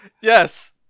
Yes